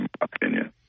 opinion